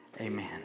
Amen